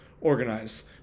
organize